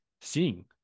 seeing